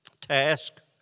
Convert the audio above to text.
Task